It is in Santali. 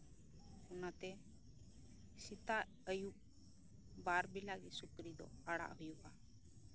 ᱚᱱᱟᱛᱮ ᱥᱮᱛᱟᱜ ᱟᱹᱭᱩᱵ ᱵᱟᱨ ᱵᱮᱞᱟ ᱜᱮ ᱥᱩᱠᱨᱤ ᱫᱚ ᱟᱲᱟᱜ ᱦᱩᱭᱩᱜᱼᱟ